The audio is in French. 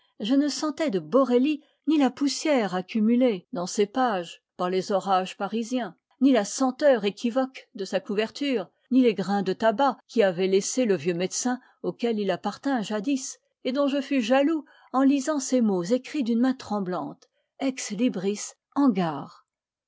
je ne sentais de borelli ni la poussière accumulée dans ses pages par les orages parisiens ni la senteur équivoque de sa couverture ni les gr ins de tabac qu'y avait bissés le vieux médecin auquel il appartint jadis et dont je fus jaloux en lisant ces mots écrits d'une main tremblante ex